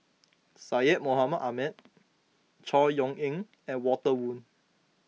Syed Mohamed Ahmed Chor Yeok Eng and Walter Woon